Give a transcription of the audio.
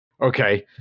Okay